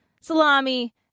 salami